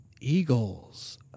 Eagles